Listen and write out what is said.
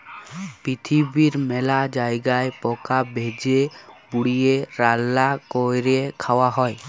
পিরথিবীর মেলা জায়গায় পকা ভেজে, পুড়িয়ে, রাল্যা ক্যরে খায়া হ্যয়ে